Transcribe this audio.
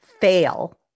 fail